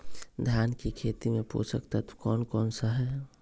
धान की खेती में पोषक तत्व कौन कौन सा है?